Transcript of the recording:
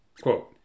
Quote